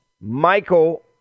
Michael